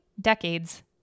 decades